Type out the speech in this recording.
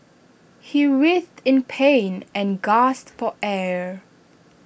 he writhed in pain and gasped per air